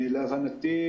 להבנתי,